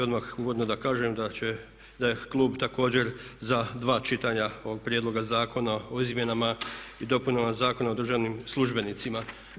Odmah uvodno da kažem da je klub također za dva čitanja ovog prijedloga zakona o izmjenama i dopunama Zakona o državnim službenicima.